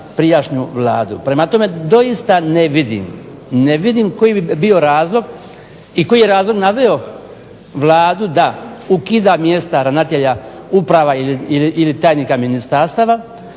prijašnju Vladu. Prema tome, doista ne vidim, ne vidim koji bi bio razlog i koji je razlog naveo Vladu da ukida mjesta ravnatelja uprava ili tajnika ministarstava,